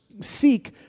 seek